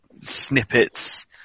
snippets